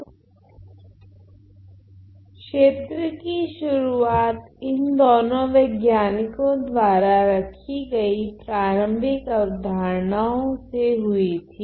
तो क्षेत्र की शुरुआत इन दोनों वैज्ञानिकों द्वारा रखी गई प्रारम्भिक अवधारणाओं से हुई थी